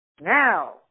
now